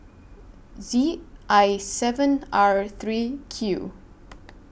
Z I seven R three Q